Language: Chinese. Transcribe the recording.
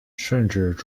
甚至